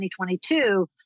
2022